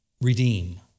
redeem